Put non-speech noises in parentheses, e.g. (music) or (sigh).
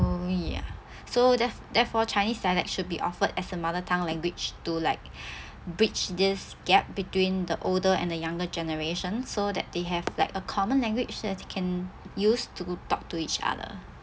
we uh (breath) so theref~ therefore chinese dialect should be offered as a mother tongue language to like (breath) bridge this gap between the older and the younger generation so that they have like a common language that they can use to talk to each other